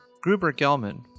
Gruber-Gelman